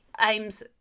aims